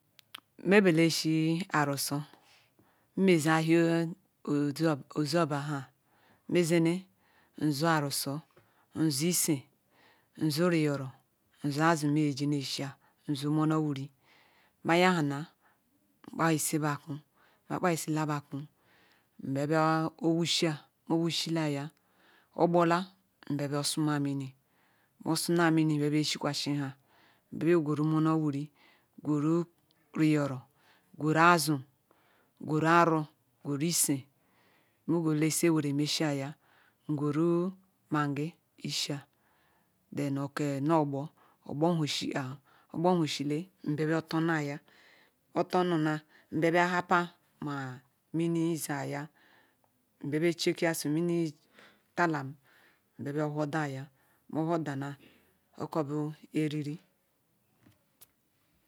nmbele oshire arasia me ze ahu ozu oba ha me zene nzu ani shre nza ise nzu ruyoroo nzu azu nreje ne shia Nzu monor wiri mayahana Nkpa hisi batwa mak ka hisila bakwa bia wusie nwusiela oghorla nbw borsume mimi mo sunia miri mbia bea shikwas iha ambia begwera monor wiri gwera nyoroo gwera azu gwere ara gwera isi m gwereh ise were mesiaya ngham neggi mesiaya ko onogbor ogbor hushi le mbia bea tuaria mo turia mbia bi lekazi ma mm ziaya talam mbia bea hodaya mo hodara o ko bu o riri